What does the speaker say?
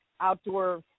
outdoor